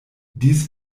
dies